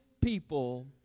people